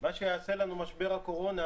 מה שיעשה לנו משבר הקורונה,